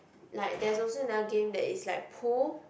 like there's also another game that is like pool